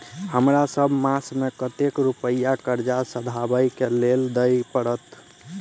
हमरा सब मास मे कतेक रुपया कर्जा सधाबई केँ लेल दइ पड़त?